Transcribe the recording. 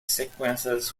sequences